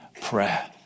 prayer